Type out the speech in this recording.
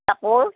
কাপোৰ